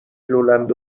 لولند